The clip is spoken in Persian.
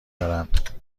دارند